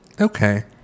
Okay